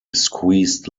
squeezed